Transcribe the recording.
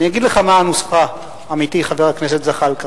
אני אגיד לך מה הנוסחה, עמיתי חבר הכנסת זחאלקה.